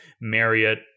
Marriott